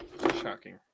Shocking